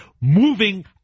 moving